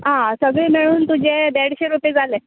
आं सगळें मेळून तुजे देडशी रुपया जाले